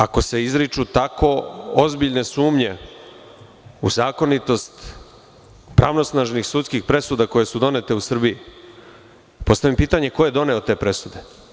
Ako se izriču tako ozbiljne sumnje u zakonitost pravosnažnih sudskih presuda koje su donete u Srbiji, postavljam pitanje ko je doneo te presude?